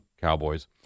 Cowboys